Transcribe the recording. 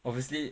obviously